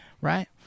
right